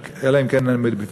אלא אם כן אני בפנים,